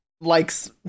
likes